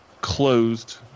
closed